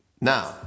Now